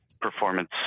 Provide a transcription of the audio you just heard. performance